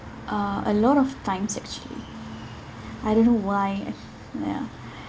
uh a lot of times actually I don't know why ya